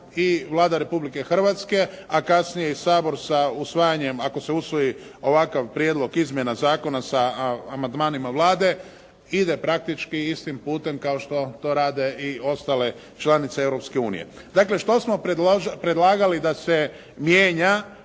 i Vlada Republike Hrvatske a kasnije i Sabor sa usvajanjem ako se usvoji ovakav prijedlog izmjena zakona sa amandmanima Vlade, ide praktički istim putem kao što to rade i ostale članice Europske unije. Dakle što smo predlagali da se mijenja